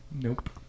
Nope